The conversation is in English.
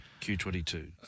Q22